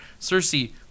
Cersei